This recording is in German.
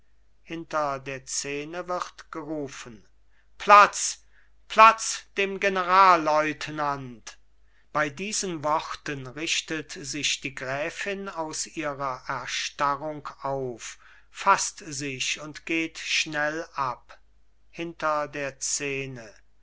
hinter der szene wird gerufen platz platz dem generalleutnant bei diesen worten richtet sich die gräfin aus ihrer erstarrung auf faßt sich und geht schnell ab hinter der szene